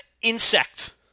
insect